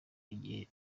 igihe